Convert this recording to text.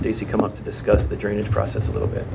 stacy come up to discuss the drainage process a little bit